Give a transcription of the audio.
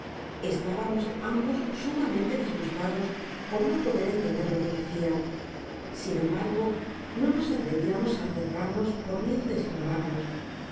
mias estábamosa bossumamente disgustados por no poder entender lo que decian sin embargo no nos atreviamosá acercarnos por miedo de estorbarlos